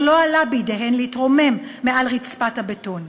לא עלה בידן להתרומם מעל רצפת הבטון.